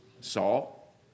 Saul